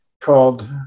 called